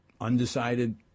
undecided